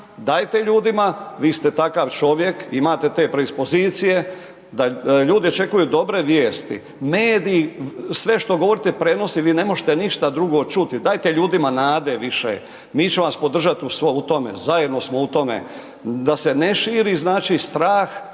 dajte ljudima, vi ste takav čovjek, imate te predispozicije, da, da ljude očekuju dobre vijesti. Mediji sve što govorite prenosi, vi ne možete ništa drugo čuti, dajte ljudima nade više, mi ćemo vas podržat u tome, zajedno smo u tome. Da se ne širi, znači strah,